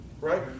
Right